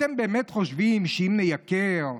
// אתם באמת חושבים שאם נייקר,